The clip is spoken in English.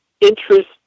Interest